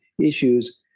issues